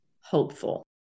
hopeful